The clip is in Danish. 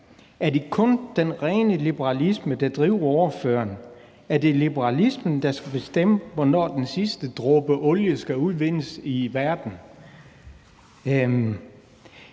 Er det kun den rene liberalisme, der driver ordføreren? Er det liberalismen, der skal bestemme, hvornår den sidste dråbe olie skal udvindes i verden?